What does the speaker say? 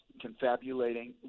confabulating